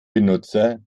benutzer